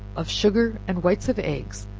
of sugar and whites of eggs,